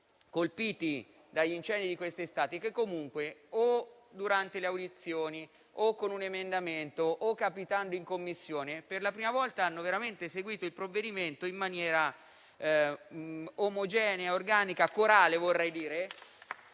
colpiti dagli incendi di quest'estate che, durante le audizioni, con un emendamento o capitando in Commissione per la prima volta, hanno veramente seguito il provvedimento in maniera omogenea, organica e corale, al di